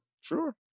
Sure